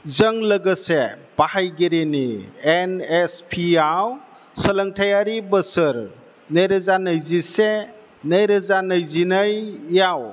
जों लोगोसे बाहायगिरिनि एन एस पि आव सोलोंथायारि बोसोर नैरोजा नैजिसे नैरोजा नैजिनैआव